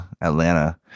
Atlanta